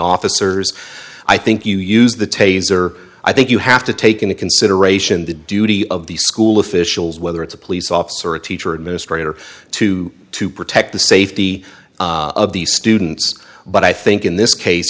officers i think you use the taser i think you have to take into consideration the duty of the school officials whether it's a police officer or a teacher or administrator to to protect the safety of the students but i think in this case